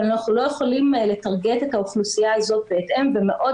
אבל אנחנו לא יכולים לטרגט את האוכלוסייה הזאת בהתאם ומאוד